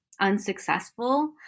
unsuccessful